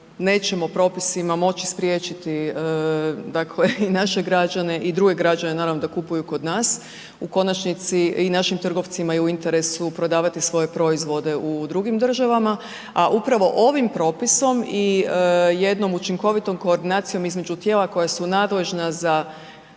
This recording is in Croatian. nećemo propisima moći spriječiti dakle i naše građane i druge građane naravno da kupuju kod nas. U konačnici i našim trgovcima je u interesu prodavati svoje proizvode u drugim državama, a upravo ovim propisom i jednom učinkovitom koordinacijom između tijela koja su nadležna za